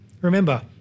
Remember